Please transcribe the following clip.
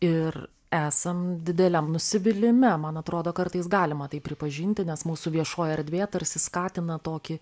ir esam dideliam nusivylime man atrodo kartais galima tai pripažinti nes mūsų viešoji erdvė tarsi skatina tokį